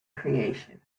creation